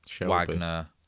Wagner